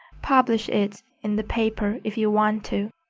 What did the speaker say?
publish it in the paper if you want to.